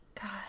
God